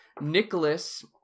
nicholas